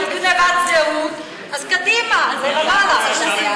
אם גנבת זהות, אז קדימה, לרמאללה.